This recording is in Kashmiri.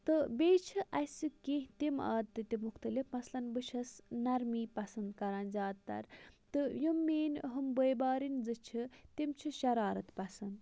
تہٕ بیٚیہِ چھِ اَسہِ کیٚنٛہہ تِم عادتہٕ تہٕ مُختلِف مَثلاً بہٕ چھَس نَرمی پَسَنٛد کَران زیاد تَر تہٕ یِم میٛٲنٛۍ ہُم بٲے بارٕنۍ زٕ چھِ تِم چھِ شَرارَت پَسَنٛد